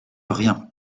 rien